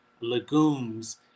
legumes